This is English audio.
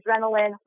adrenaline